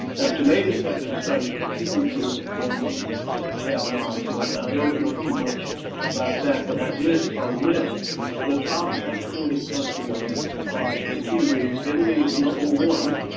tomatoes have been studied, but kiwi fruit and walnuts have not, so and i don't know too much about that. but i did ah list the top exporting countries for kiwi. italy is number one,